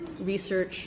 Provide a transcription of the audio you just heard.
research